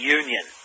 union